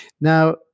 Now